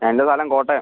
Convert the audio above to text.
എൻ്റെ സ്ഥലം കോട്ടയം